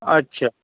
আচ্ছা